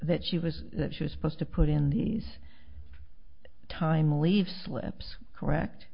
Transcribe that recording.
that she was that she was supposed to put in these time leave slips correct